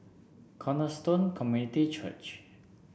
Cornerstone Community Church